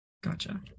gotcha